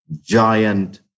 giant